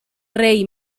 rei